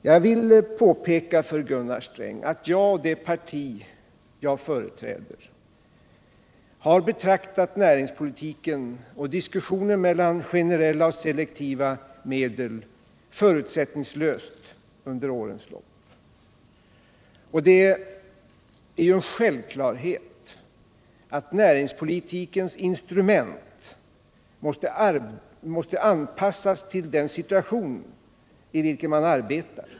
Jag vill påpeka för Gunnar Sträng att jag och det parti som jag företräder har betraktat näringspolitiken och diskussioner om generella och selektiva medel förutsättningslöst under årens lopp. Det är en självklarhet att näringspolitikens instrument måste anpassas till den situation, i vilken man arbetar.